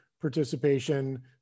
participation